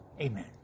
amen